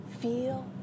feel